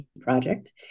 project